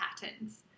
patterns